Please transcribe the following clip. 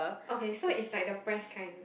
okay so is like the press kind